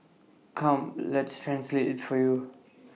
come let's translate IT for you